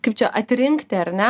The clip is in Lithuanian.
kaip čia atrinkti ar ne